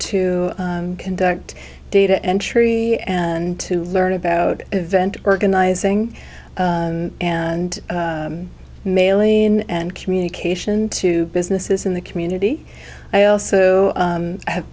to conduct data entry and to learn about event organizing and mailing and communication to businesses in the community i also have